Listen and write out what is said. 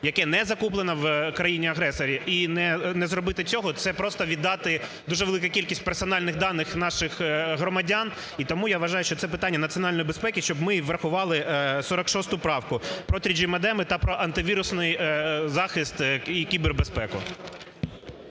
яке не закуплено у країни-агресора, і не зробити цього, це просто віддати дуже велику кількість персональних даних наших громадян. І тому я вважаю, що це питання національної безпеки. Щоб ми врахували 46 правку про 3G модеми та про антивірусний захист і кібербезпеку.